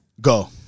Go